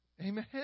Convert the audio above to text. Amen